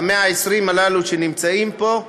ה-120 הללו, שנמצאים פה,